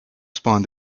spawned